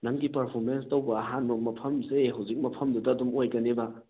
ꯅꯪꯒꯤ ꯄꯔꯐꯣꯔꯃꯦꯟꯁ ꯇꯧꯕ ꯑꯍꯥꯟꯕ ꯃꯐꯝꯁꯦ ꯍꯧꯖꯤꯛ ꯃꯐꯝꯗꯨꯗ ꯑꯗꯨꯝ ꯑꯣꯏꯒꯅꯦꯕ